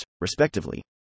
respectively